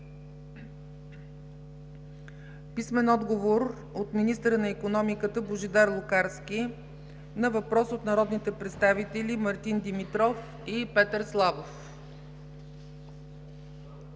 Петър Славов; - министъра на икономиката Божидар Лукарски на въпрос от народните представители Мартин Димитров и Петър Славов;